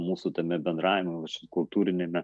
mūsų tame bendravime vat čia kultūriniame